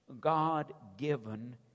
God-given